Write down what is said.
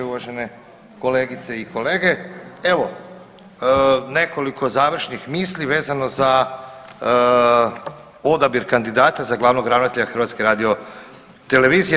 Uvažene kolegice i kolege, evo nekoliko završnih misli vezano za odabir kandidata za glavnog ravnatelja HRT-a.